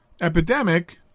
epidemic